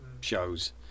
shows